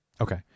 Okay